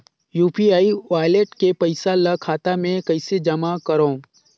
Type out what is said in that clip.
UPI wallet के पईसा ल खाता मे कइसे जमा करव?